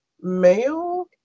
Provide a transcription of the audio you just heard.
male